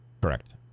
Correct